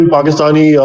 Pakistani